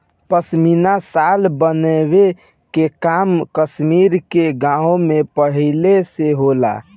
पश्मीना शाल बनावे के काम कश्मीर के गाँव में पहिले से होता